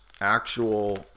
actual